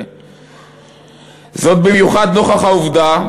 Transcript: "זאת במיוחד נוכח העובדה,